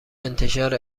انتشار